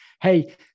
hey